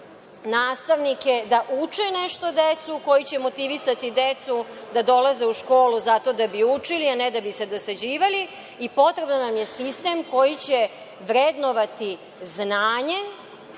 nastavnike da uče nešto decu, koji će motivisati decu da dolaze u školu zato da bi učili, a ne da bi se dosađivali i potreban nam je sistem koji će vrednovati znanje.